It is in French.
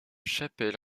chapelle